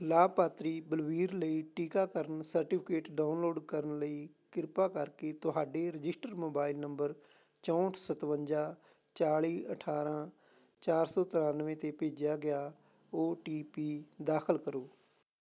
ਲਾਭਪਾਤਰੀ ਬਲਬੀਰ ਲਈ ਟੀਕਾਕਰਨ ਸਰਟੀਫਿਕੇਟ ਡਾਊਨਲੋਡ ਕਰਨ ਲਈ ਕਿਰਪਾ ਕਰਕੇ ਤੁਹਾਡੇ ਰਜਿਸਟਰਡ ਮੋਬਾਈਲ ਨੰਬਰ ਚੌਂਹਠ ਸਤਵੰਜਾ ਚਾਲੀ ਅਠਾਰਾਂ ਚਾਰ ਸੌ ਤਰਾਨਵੇਂ 'ਤੇ ਭੇਜਿਆ ਗਿਆ ਓ ਟੀ ਪੀ ਦਾਖ਼ਲ ਕਰੋ